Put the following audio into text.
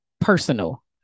personal